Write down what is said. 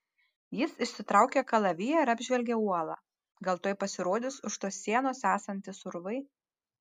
jis išsitraukė kalaviją ir apžvelgė uolą gal tuoj pasirodys už tos sienos esantys urvai